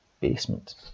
basement